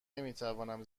نمیتوانم